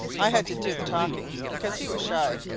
i had to do the talking, because he was shy,